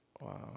Wow